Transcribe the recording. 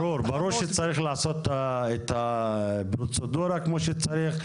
ברור שצריך לעשות את הפרוצדורה כמו שצריך.